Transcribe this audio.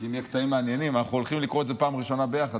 אנחנו הולכים לקרוא את זה פעם ראשונה ביחד,